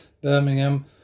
Birmingham